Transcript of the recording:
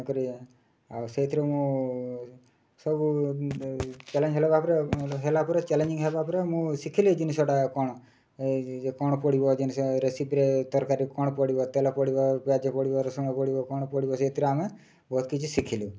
କରିବା ଆଉ ସେଇଥିରେ ମୁଁ ସବୁ ଚ୍ୟାଲେଞ୍ଜ୍ ହେଲା ଭାବରେ ହେଲା ପରେ ଚ୍ୟାଲେଞ୍ଜିଙ୍ଗ୍ ହେବା ପରେ ମୁଁ ଶିଖିଲି ଏଇ ଜିନିଷଟା କ'ଣ କ'ଣ ପଡ଼ିବ ଜିନିଷ ରେସିପିରେ ତରକାରୀ କ'ଣ ପଡ଼ିବ ତେଲ ପଡ଼ିବ ପିଆଜ ପଡ଼ିବ ରସୁଣ ପଡ଼ିବ କ'ଣ ପଡ଼ିବ ସେଇଥିରେ ଆମେ ବହୁତ କିଛି ଶିଖିଲୁ